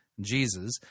Jesus